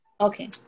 Okay